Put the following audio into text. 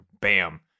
bam